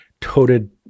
toted